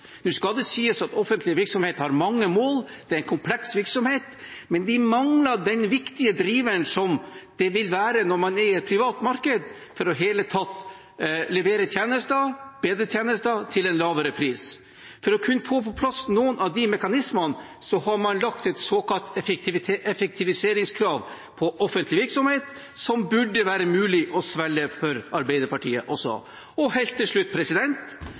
Nå skal det sies at offentlig virksomhet har mange mål, det er en kompleks virksomhet, men det mangler den viktige driven som det vil være når man er i et privat marked, for i det hele tatt å levere bedre tjenester til en lavere pris. For å kunne få på plass noen av de mekanismene har man lagt et såkalt effektiviseringskrav på offentlig virksomhet, som det burde være mulig å svelge for Arbeiderpartiet også. Helt til slutt: